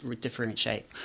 differentiate